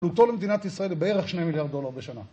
עלותו למדינת ישראל בערך שני מיליארד דולר בשנה